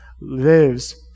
lives